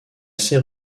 assez